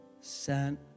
sent